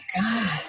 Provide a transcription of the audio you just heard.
God